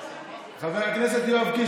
חבר הכנסת יואב קיש,